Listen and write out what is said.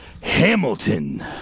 Hamilton